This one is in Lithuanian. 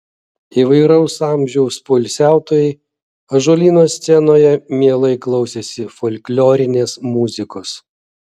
įvairaus amžiaus poilsiautojai ąžuolyno scenoje mielai klausėsi folklorinės muzikos